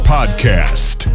Podcast